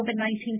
COVID-19